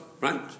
Right